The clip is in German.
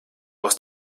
aus